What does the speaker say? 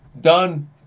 done